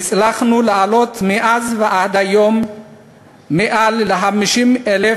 הצלחנו להעלות מאז ועד היום מעל ל-50,000